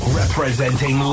representing